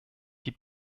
die